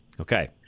Okay